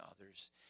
others